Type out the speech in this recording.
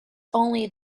only